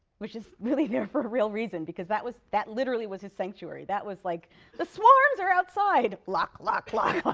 which is really there for a real reason, because that was that literally was his sanctuary. that was like the swarms are outside, lock, lock, lock, lock, like,